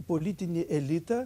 politinį elitą